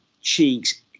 Cheeks